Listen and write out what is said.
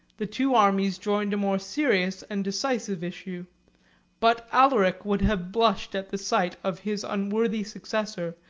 the two armies joined a more serious and decisive issue but alaric would have blushed at the sight of his unworthy successor,